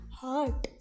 heart